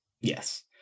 Yes